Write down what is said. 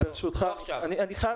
ברשותך, אני חייב לדבר.